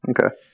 Okay